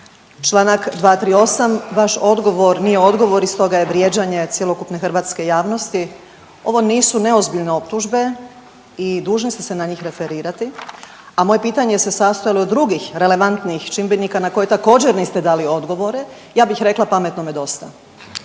Čl.. 238., vaš odgovor nije odgovor i stoga je vrijeđanje cjelokupne hrvatske javnosti. Ovo nisu neozbiljne optužbe i dužni ste se na njih referirati, a moje pitanje se sastojalo od drugih relevantnih čimbenika na koje također niste dali odgovore, ja bih rekla pametnome dosta.